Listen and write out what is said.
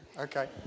Okay